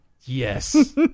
Yes